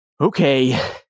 okay